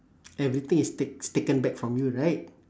everything is take~ is taken back from you right